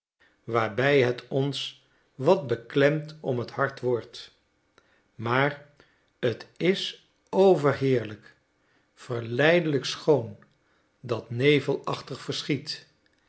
waarbij het ons wat beklemd om het hart wordt maar t is overheerlijk verleidelijk schoon dat nevelachtig verschiet